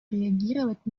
реагировать